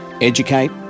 educate